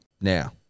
Now